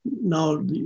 Now